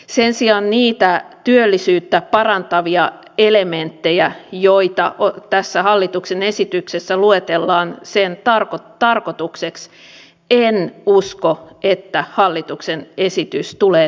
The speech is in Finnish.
sen sijaan niitä työllisyyttä parantavia elementtejä joita tässä hallituksen esityksessä luetellaan sen tarkoitukseksi en usko että hallituksen esitys tulee täyttämään